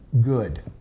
good